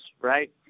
right